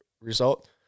result